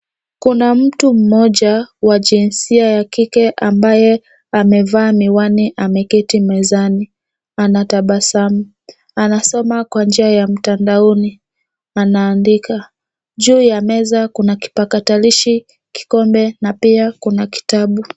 Kuna mtu mmoja wa jinsia ya kike ambaye amevaa miwani ameketi mezani anatabasamu. Anasoma kwa njia ya mtandaoni. Anaandika. Juu ya meza kuna kipatakalishi, kikombe na pia kuna kitabu.